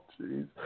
jeez